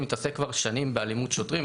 מתעסק כבר שנים באלימות שוטרים,